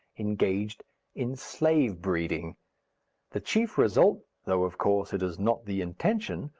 engaged in slave-breeding. the chief result, though of course it is not the intention,